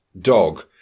dog